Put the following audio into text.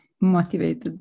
motivated